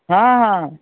ହଁ ହଁ